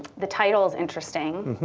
the title is interesting,